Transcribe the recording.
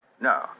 No